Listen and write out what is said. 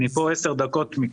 אני נמצא עשר דקות מכם.